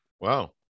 Wow